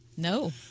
No